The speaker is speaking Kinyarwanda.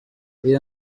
iyi